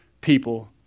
people